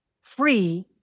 free